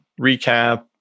recap